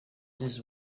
these